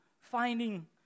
finding